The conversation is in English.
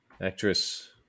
Actress